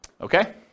Okay